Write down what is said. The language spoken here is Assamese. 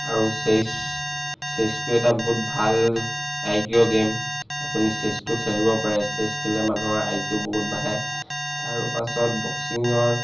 আৰু চেছ চেছটো এটা বহুত ভাল আই কিউ গেম আপুনি চেছটো খেলিব পাৰে চেছ খেলে মানুহৰ কিউ বহুত বাঢ়ে তাৰ পাছত বক্সিঙৰ